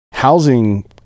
Housing